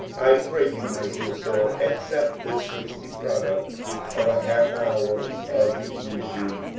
i pray you, my dear sir, accept this hasty product of a half hour of the evening,